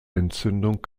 entzündung